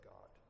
God